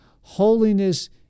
Holiness